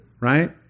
right